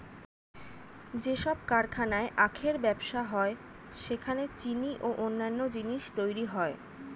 যেসব কারখানায় আখের ব্যবসা হয় সেখানে চিনি ও অন্যান্য জিনিস তৈরি হয়